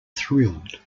thrilled